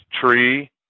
tree